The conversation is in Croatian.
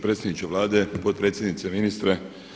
Predsjedniče Vlade, potpredsjednice, ministre.